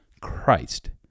Christ